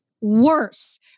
worse